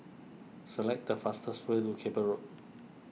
select the fastest way to Cable Road